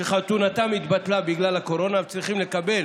שחתונתם התבטלה בגלל הקורונה וצריכים לקבל